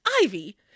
Ivy